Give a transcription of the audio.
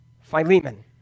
Philemon